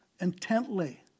intently